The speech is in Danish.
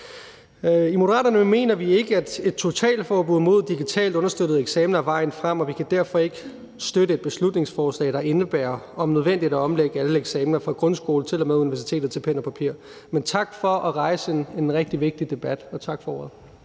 I Moderaterne mener vi ikke, at et totalforbud mod digitalt understøttede eksamener er vejen frem, og vi kan derfor ikke støtte et beslutningsforslag, der indebærer, om nødvendigt, at omlægge alle eksamener fra grundskole til og med universitetet til pen og papir. Men tak for at rejse en rigtig vigtig debat. Og tak for ordet.